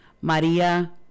Maria